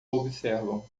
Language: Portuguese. observam